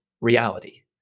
reality